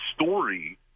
story